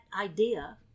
idea